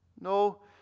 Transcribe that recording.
No